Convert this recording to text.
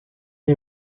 iyi